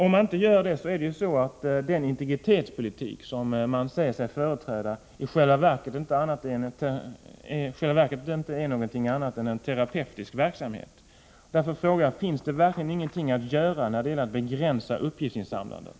Om man inte gör det, blir den integritetspolitik som regeringen säger sig företräda i själva verket inte någonting annat än en terapiverksamhet.